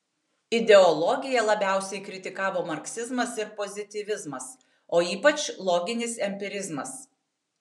ideologiją labiausiai kritikavo marksizmas ir pozityvizmas o ypač loginis empirizmas